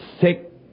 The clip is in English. sick